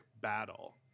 battle